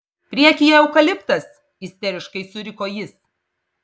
priekyje eukaliptas isteriškai suriko jis